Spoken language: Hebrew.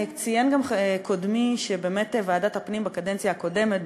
ציין גם קודמי שוועדת הפנים בקדנציה הקודמת,